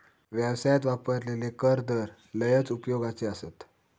व्यवसायात वापरलेले कर दर लयच उपयोगाचे आसत